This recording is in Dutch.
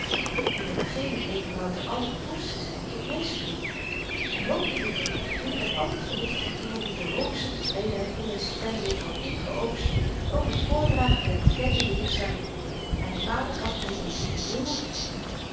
van lezen in den beginne meende wouter allerbevoegdst te zyn tot meespreken hy hoopte dit dan ook te doen met al t gewicht van iemand die de hoogste tevredenheid van meester pennewip had ingeoogst over t voordragen der bekende leerstelling myn vader gaf my dezen nieuwen hoed